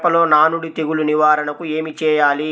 మిరపలో నానుడి తెగులు నివారణకు ఏమి చేయాలి?